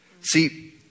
See